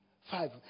Five